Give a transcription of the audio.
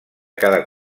cada